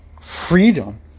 freedom